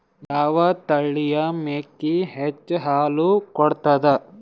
ಯಾವ ತಳಿಯ ಮೇಕಿ ಹೆಚ್ಚ ಹಾಲು ಕೊಡತದ?